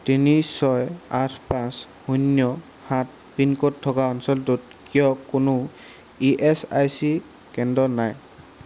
তিনি ছয় আঠ পাঁচ শূন্য সাত পিন ক'ড থকা অঞ্চলটোত কিয় কোনো ইএচআইচি কেন্দ্র নাই